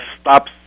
stop